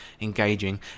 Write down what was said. engaging